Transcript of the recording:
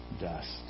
dust